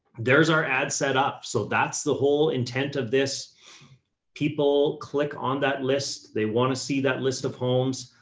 there's our ad set up. so that's the whole intent of this people click on that list. they want to see that list of homes.